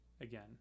again